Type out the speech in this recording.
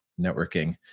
networking